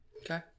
Okay